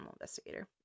investigator